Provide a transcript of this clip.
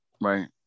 right